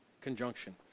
conjunction